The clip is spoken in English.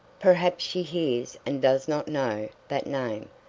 perhaps she hears and does not know that name.